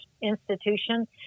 institution